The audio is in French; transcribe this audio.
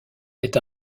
est